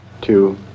Two